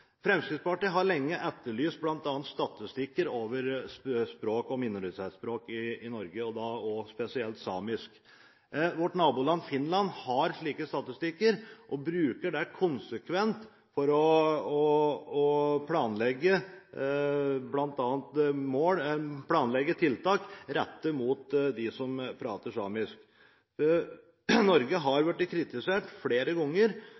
Fremskrittspartiet har lenge etterlyst bl.a. statistikk over minoritetsspråk i Norge, og da spesielt samisk. Vårt naboland Finland har slike statistikker og bruker dem konsekvent for å planlegge tiltak bl.a. rettet mot dem som prater samisk. Norge har blitt kritisert flere ganger